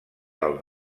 del